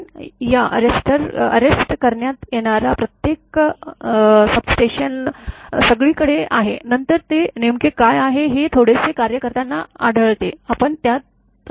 पण अटक करण्यात येणारा प्रत्येक सबस्टेशन सगळीकडे आहे नंतर ते नेमके काय आहे हे थोडेसे कार्य करताना आढळते आपण त्यात येऊ